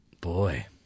Boy